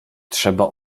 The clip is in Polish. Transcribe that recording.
trzeba